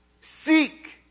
Seek